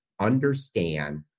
understand